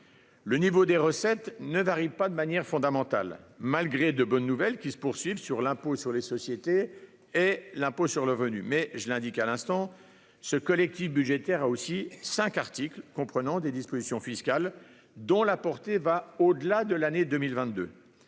Le niveau des recettes ne varie pas de manière fondamentale malgré de bonnes nouvelles qui se poursuivent sur l'impôt sur les sociétés et l'impôt sur le revenu. Mais comme je l'indiquais à l'instant, ce collectif budgétaire contient aussi cinq articles comprenant des dispositions fiscales dont la portée va au-delà de l'exercice 2022.